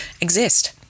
exist